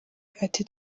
ati